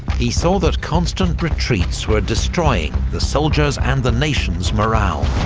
he saw that constant retreats were destroying the soldiers' and the nation's morale.